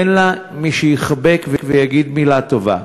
אין לה מי שיחבק ויגיד מילה טובה.